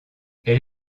elle